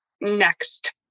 next